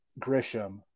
Grisham